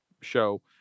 show